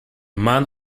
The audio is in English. man